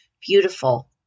beautiful